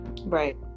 right